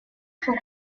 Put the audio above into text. très